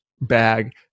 bag